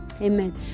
Amen